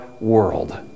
world